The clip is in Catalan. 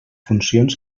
funcions